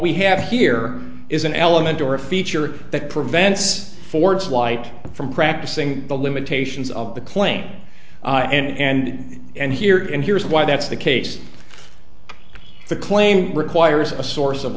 we have here is an element or a feature that prevents ford's flight from practicing the limitations of the plane and and here and here is why that's the case the claim requires a source of